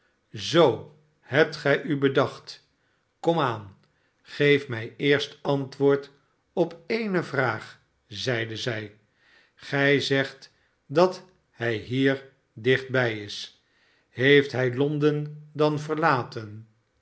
zoo hebt gij u bedacht kom aan geef mij eerst antwoord op ee'ne vraag zeide zij gij zegt dat hij hier dichtbij is heeft hij l on den dan verlaten